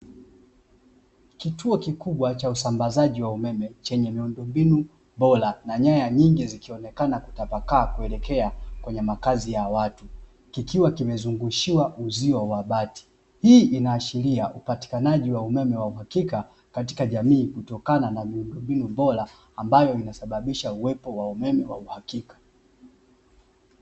Kituo kikubwa cha usambazaji wa umeme, chenye miundombinu bora na nyaya nyingi zikionekana kutapakaa kuelekea kwenye makazi ya watu. Kikiwa kimezungushiwa uzio wa bati. Hii inaashiria upatikanaji wa umeme wa uhakika katika jamii kutokana na miundombinu bora ambayo imesababisha uwepo wa umeme wa uhakika.